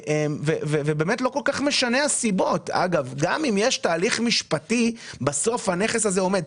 גם אם יש תהליך משפטי הרי בסוף הנכס הזה עומד.